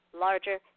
larger